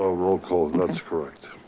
ah roll call, that's correct.